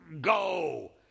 go